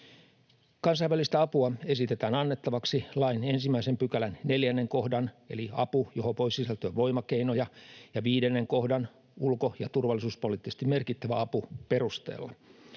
Kansainvälistä apua esitetään annettavaksi lain 1 §:n 4 kohdan — apu, johon voi sisältyä voimakeinoja — ja 5 kohdan — ulko- ja turvallisuuspoliittisesti merkittävä apu — perusteella.